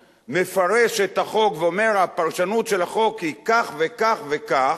מפרש את החוק ואומר שהפרשנות של החוק היא כך וכך וכך,